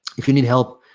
if you need help,